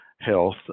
health